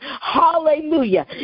Hallelujah